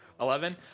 eleven